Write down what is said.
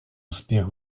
успех